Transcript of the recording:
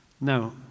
Now